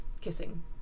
kissing